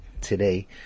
today